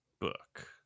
book